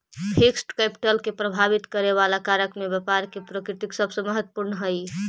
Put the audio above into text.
fixed capital के प्रभावित करे वाला कारक में व्यापार के प्रकृति सबसे महत्वपूर्ण हई